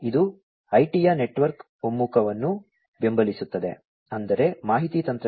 ಇದು IT ಯ network ಒಮ್ಮುಖವನ್ನು ಬೆಂಬಲಿಸುತ್ತದೆ ಅಂದರೆ ಮಾಹಿತಿ ತಂತ್ರಜ್ಞಾನ